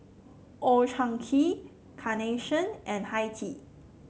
Old Chang Kee Carnation and Hi Tea